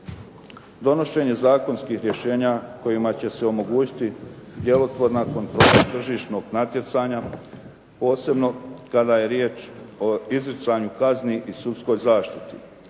Donošenje zakonskih rješenja kojima će se omogućiti djelotvorna kontrola tržišnog natjecanja posebno kada je riječ o izricanju kazni i sudskoj zaštiti.